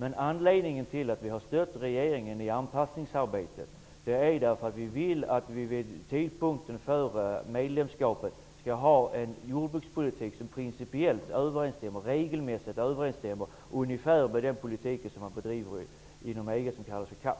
Men anledningen till att Ny demokrati stött regeringen i anpassningsarbetet är att vi i Ny demokrati vill att Sverige vid tidpunkten för ett medlemskap skall ha en jordbrukspolitik som principiellt och regelmässigt ungefär överensstämmer med den politik som bedrivs inom EG och som benämns CAP.